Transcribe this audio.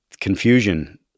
confusion